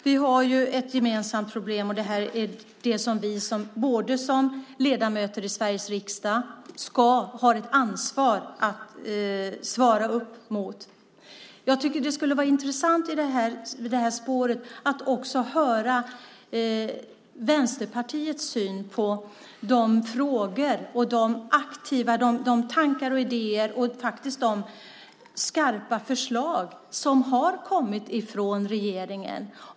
Herr talman! Vi har ett gemensamt problem, och det har vi som ledamöter i Sveriges riksdag ansvar att lösa. Det skulle vara intressant att höra Vänsterpartiets syn på de tankar, idéer och faktiskt skarpa förslag som har kommit från regeringen.